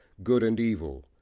good and evil,